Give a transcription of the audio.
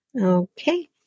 Okay